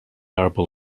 arable